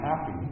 happy